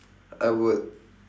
I would